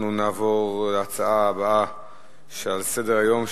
נעבור להצעה הבאה לסדר-היום,